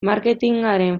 marketingaren